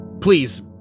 please